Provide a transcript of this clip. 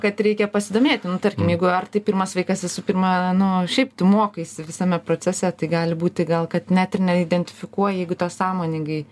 kad reikia pasidomėti nu tarkim jeigu ar tai pirmas vaikas visų pirma nu šiaip tu mokaisi visame procese tai gali būti gal kad net ir neidentifikuoji jeigu to sąmoningai